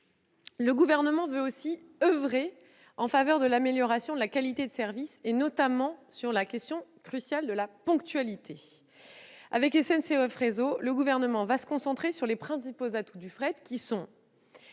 Le Gouvernement veut aussi oeuvrer en faveur de l'amélioration de la qualité de service, notamment sur la question cruciale de la ponctualité. Avec SNCF Réseau, il se concentrera sur les principaux atouts du fret. Je